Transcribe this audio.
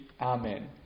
Amen